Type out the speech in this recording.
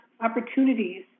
opportunities